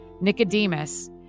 Nicodemus